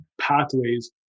pathways